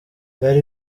byari